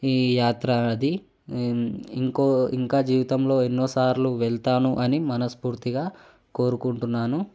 ఈ యాత్ర అది ఇంకో ఇంకా జీవితంలో ఎన్నోసార్లు వెళతాను అని మనస్ఫూర్తిగా కోరుకుంటున్నాను